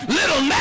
little